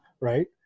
right